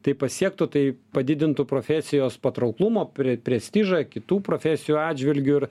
tai pasiektų tai padidintų profesijos patrauklumo pre prestižą kitų profesijų atžvilgiu ir